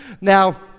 Now